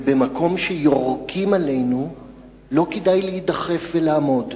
ובמקום שיורקים עלינו לא כדאי להידחף ולעמוד.